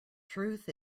truth